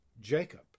Jacob